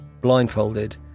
blindfolded